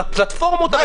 אני אדייק.